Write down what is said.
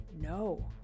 No